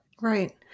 Right